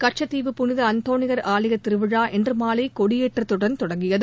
கச்சத்தீவு புனித அந்தோனியார் ஆலய திருவிழா இன்று மாலை கொடியேற்றத்துடன் தொடங்கியது